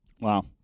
Wow